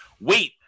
wait